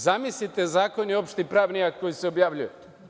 Zamislite, Zakon je opšti pravni akt koji se objavljuje?